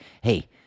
hey